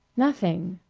nothing.